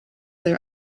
their